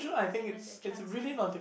given the chance to